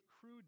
crude